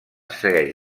segueix